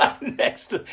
next